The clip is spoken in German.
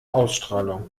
ausstrahlung